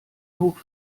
hoch